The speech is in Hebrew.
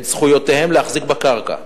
את זכויותיהם להחזיק בקרקע".